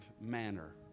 manner